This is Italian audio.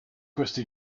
queste